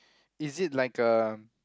is it like a